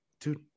dude